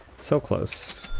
so close